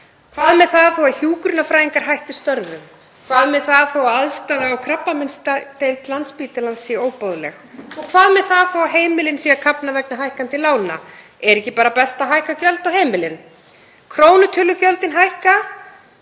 Hvað með það þótt hjúkrunarfræðingar hætti störfum? Hvað með það þó að aðstaða á krabbameinsdeild Landspítalans sé óboðleg? Og hvað með það þó að heimilin séu að kafna vegna hækkandi lána? Er ekki bara best að hækka gjöld á heimilin? Krónutölugjöldin hækka.